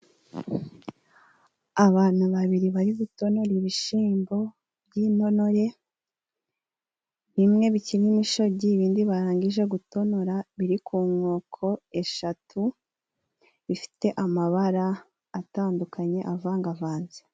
Abantu babiri bari gutonora ibishimbo by'intonore, bimwe bikiri imishogi, ibindi barangije gutonora biri ku nkoko eshatu, bifite amabara atandukanye avangavanze.